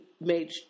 made